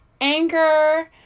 Anchor